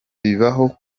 bibaho